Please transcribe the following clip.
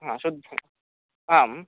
शुद्धं आं